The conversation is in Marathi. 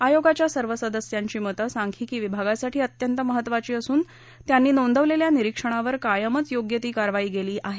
आयोगाच्या सर्व सदस्यांची मते सांख्यिकी विभागासाठी अत्यंत महत्वाची असून त्यांनी नोंदवलेल्या निरीक्षणावर कायमच योग्य ती कारवाई केली गेली आहे